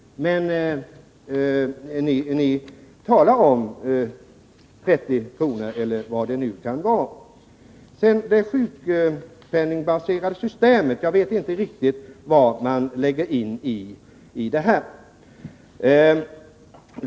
Men ni talar om 30 kr. eller vad det nu kan vara. När det gäller det sjukpenningbaserade systemet vet jag inte riktigt vad man lägger in i det.